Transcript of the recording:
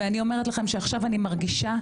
ואני אומרת לכם שעכשיו אני מרגישה,